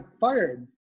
fired